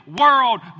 world